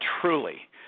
truly